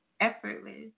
effortless